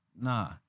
Nah